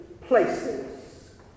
places